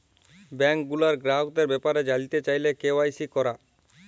bank গুলার গ্রাহকদের ব্যাপারে জালতে চাইলে কে.ওয়াই.সি ক্যরা